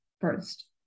first